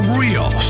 real